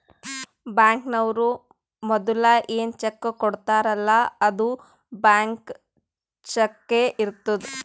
ಬ್ಯಾಂಕ್ನವ್ರು ಮದುಲ ಏನ್ ಚೆಕ್ ಕೊಡ್ತಾರ್ಲ್ಲಾ ಅದು ಬ್ಲ್ಯಾಂಕ್ ಚಕ್ಕೇ ಇರ್ತುದ್